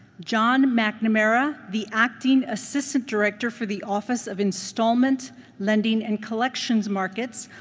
john mcnamara, the acting assistant director for the office of installment lending and collections markets,